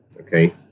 okay